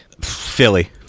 Philly